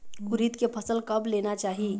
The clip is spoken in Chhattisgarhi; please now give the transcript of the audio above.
उरीद के फसल कब लेना चाही?